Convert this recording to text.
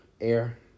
air